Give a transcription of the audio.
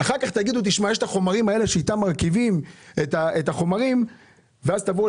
אחר כך תגידו שיש את החומרים שאיתם מרכיבים את החומרים ואז תבואו